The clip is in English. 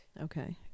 Okay